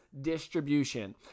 distribution